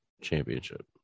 championship